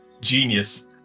Genius